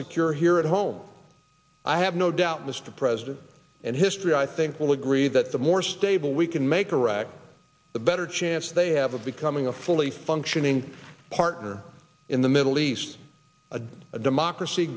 secure here at home i have no doubt mr president and history i think will agree that the more stable we can make iraq the better chance they have of becoming a fully functioning partner in the middle east a democracy